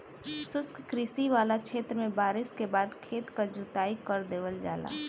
शुष्क कृषि वाला क्षेत्र में बारिस के बाद खेत क जोताई कर देवल जाला